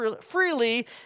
freely